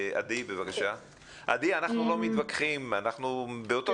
עדי, אנחנו לא מתווכחים, אנחנו באותו צד.